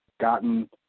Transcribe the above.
gotten